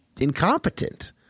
incompetent